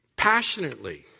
passionately